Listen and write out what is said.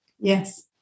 Yes